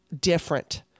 different